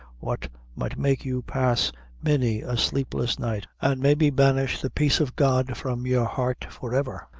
what might make you pass many a sleepless night, an' maybe banish the peace of god from your heart forever!